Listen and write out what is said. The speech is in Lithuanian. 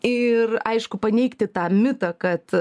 ir aišku paneigti tą mitą kad